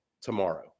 tomorrow